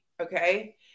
Okay